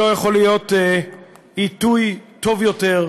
לא יכול להיות עיתוי טוב יותר,